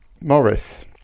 Morris